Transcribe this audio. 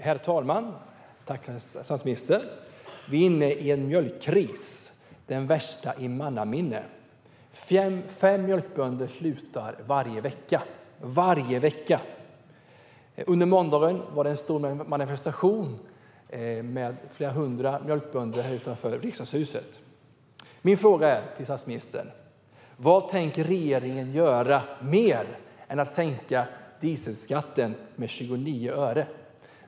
Herr talman! Vi är inne i en mjölkkris, den värsta i mannaminne. Fem mjölkbönder slutar varje vecka. Under måndagen var det en stor manifestation med flera hundra mjölkbönder här utanför Riksdagshuset. Min fråga till statsministern är: Vad tänker regeringen göra mer än att sänka dieselskatten med 29 öre?